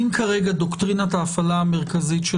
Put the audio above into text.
אם כרגע דוקטרינת ההפעלה המרכזית של